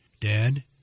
Dad